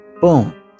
Boom